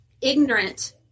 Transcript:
ignorant